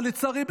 אבל לצערי,